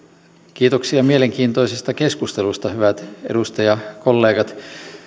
kiitoksia mielenkiintoisista keskusteluista hyvät edustajakollegat